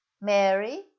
Mary